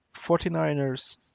49ers